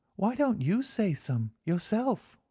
why don't you say some yourself?